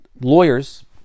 lawyers